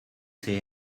see